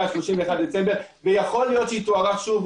היא עד 31 בדצמבר ויכול להיות שהיא תוארך שוב.